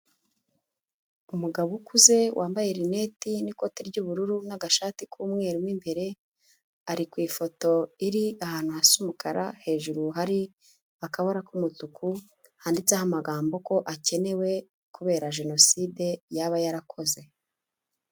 Umugabo ukuze, wambaye rineti n'ikote ry'ubururu n'agashati k'umweru mo imbere, ari ku ifoto iri ahantu hasa umukara, hejuru hari akabara k'umutuku handitseho amagambo ko akenewe kubera jenoside yaba yarakoze.